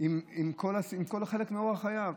חלק מאורח חייו.